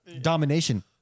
Domination